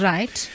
Right